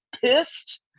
pissed